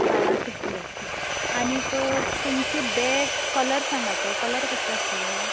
बारा सुटले हा आनीक तुमचें बॅग कलर सांगात कलर कसलो आसलो